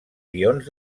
guions